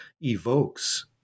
evokes